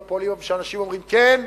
ואנשים אומרים: כן,